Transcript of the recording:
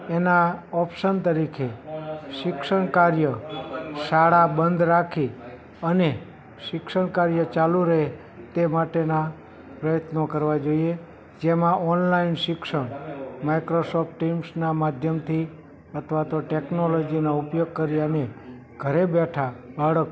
એના ઓપ્શન તરીકે શિક્ષણકાર્ય શાળા બંધ રાખી અને શિક્ષણકાર્ય ચાલુ રહે તે માટેના પ્રયત્નો કરવા જોઈએ જેમાં ઓનલાઈન શિક્ષણ માઈક્રોસોફ્ટ ટીમ્સના માધ્યમથી અથવા તો ટેક્નોલોજીનો ઉપયોગ કરી અને ઘરે બેઠા બાળક